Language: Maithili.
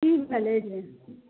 की भेलै से